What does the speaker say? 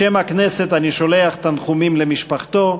בשם הכנסת אני שולח תנחומים למשפחתו.